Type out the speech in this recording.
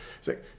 Say